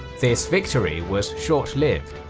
this victory was short lived,